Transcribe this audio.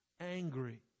angry